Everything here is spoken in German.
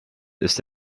ist